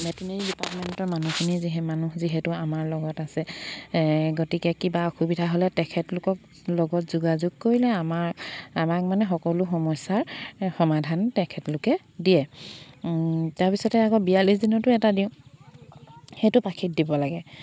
veterinary ডিপাৰ্টমেণ্টৰ মানুহখিনি যিহেতু মানুহ যিহেতু আমাৰ লগত আছে গতিকে কিবা অসুবিধা হ'লে তেখেতলোকক লগত যোগাযোগ কৰিলে আমাৰ আমাক মানে সকলো সমস্যাৰ সমাধান তেখেতলোকে দিয়ে তাৰপিছতে আকৌ বিয়াল্লিছ দিনতো এটা দিওঁ সেইটো পাখিত দিব লাগে